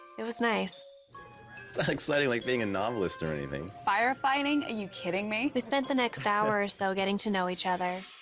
it was nice. it's not exciting like being a novelist or anything. firefighting? are you kidding me? we spent the next hour or so getting to know each other